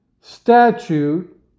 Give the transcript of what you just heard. statute